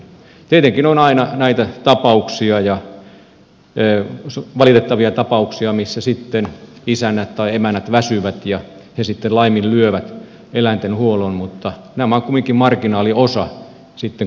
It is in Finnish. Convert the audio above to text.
tietenkin on aina näitä valitettavia tapauksia missä isännät tai emännät väsyvät ja he sitten laiminlyövät eläinten huollon mutta tämä on kumminkin marginaaliosa koko eläintenhoidosta